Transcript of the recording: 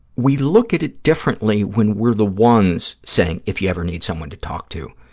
we look at it differently when we're the ones saying, if you ever need someone to talk to,